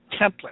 template